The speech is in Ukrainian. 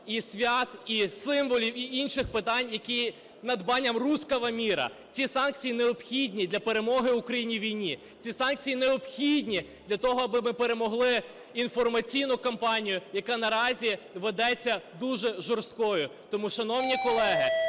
і свят, і символів, і інших питань, які є надбанням "русского мира". Ці санкції необхідні для перемоги України у війні, ці санкції необхідні для того, аби ми перемогли інформаційну кампанію, яка наразі ведеться дуже жорстко. Тому, шановні колеги,